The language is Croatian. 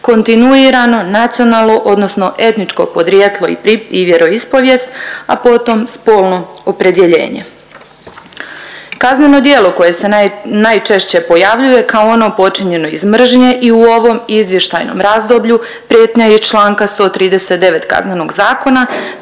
kontinuirano nacionalno odnosno etničko porijeklo i vjeroispovijest, a potom spolno opredjeljenje. Kazneno djelo koje se najčešće pojavljuje kao ono počinjeno iz mržnje i u ovom izvještajnom razdoblju prijetnja je iz čl. 139. KZ-a,